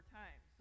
time